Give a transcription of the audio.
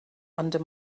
under